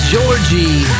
Georgie